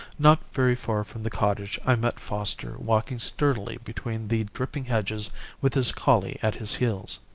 not very far from the cottage i met foster walking sturdily between the dripping hedges with his collie at his heels.